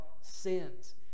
sins